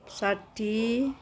साठी